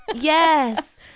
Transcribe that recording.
Yes